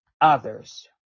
others